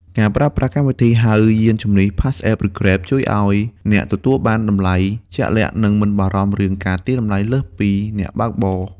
ការប្រើប្រាស់កម្មវិធីហៅយានជំនិះ PassApp ឬ Grab ជួយឱ្យអ្នកទទួលបានតម្លៃជាក់លាក់ និងមិនបារម្ភរឿងការទារតម្លៃលើសពីអ្នកបើកបរ។